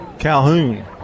Calhoun